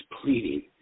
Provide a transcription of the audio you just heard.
pleading